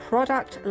product